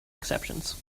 exceptions